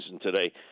today